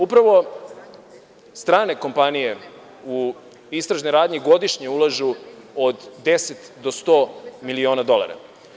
Upravo strane kompanije u istražne radnje godišnje ulažu od 10 do 100 miliona dolara.